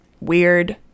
weird